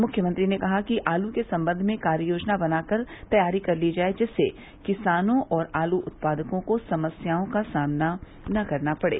मुख्यमंत्री ने कहा कि आलू के सम्बंध में कार्ययोजना बनाकर तैयारी कर ली जाय जिससे किसानों और आलू उत्पादकों को समस्याओं का सामना न करना पड़े